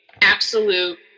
absolute